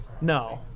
No